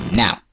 now